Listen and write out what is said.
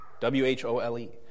W-H-O-L-E